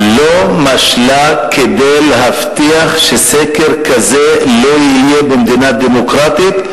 לא משלה כדי להבטיח שסקר כזה לא יהיה במדינה דמוקרטית,